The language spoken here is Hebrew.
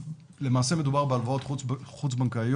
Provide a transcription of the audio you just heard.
ולמעשה מדובר בהלוואות חוץ בנקאיות.